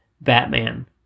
Batman